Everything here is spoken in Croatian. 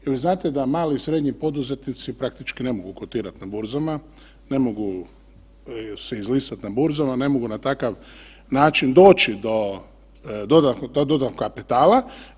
Jel vi znate da mali i srednji poduzetnici praktički ne mogu kotirat na burzama, ne mogu se izlistat na burzama, ne mogu na takav način doći do dodatnog kapitala.